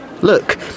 Look